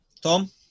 Tom